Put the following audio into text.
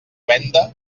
venda